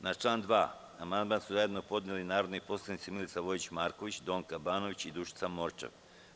Na član 2. amandman su zajedno podneli narodni poslanici Milica Vojić Marković, Donka Banović i Dušica Morčev.